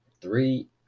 three